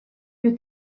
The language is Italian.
più